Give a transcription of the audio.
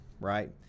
right